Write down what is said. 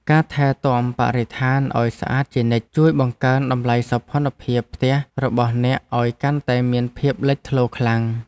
ការថែទាំបរិស្ថានឱ្យស្អាតជានិច្ចជួយបង្កើនតម្លៃសោភ័ណភាពផ្ទះរបស់អ្នកឱ្យកាន់តែមានភាពលេចធ្លោខ្លាំង។